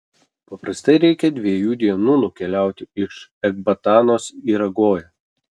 paprastai reikia dviejų dienų nukeliauti iš ekbatanos į ragoją